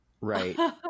Right